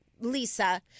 Lisa